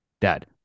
dad